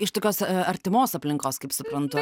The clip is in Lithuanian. iš tokios artimos aplinkos kaip suprantu